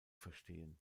verstehen